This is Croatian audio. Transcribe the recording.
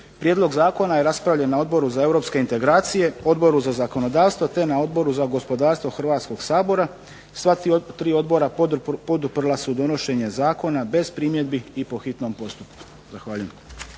Prijedlog zakona je raspravljen na Odboru za europske integracije, Odboru za zakonodavstvo te na Odboru za gospodarstvo Hrvatskog sabora. Sva tri odbora poduprla su donošenje zakona bez primjedbi i po hitnom postupku. Zahvaljujem.